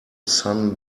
sun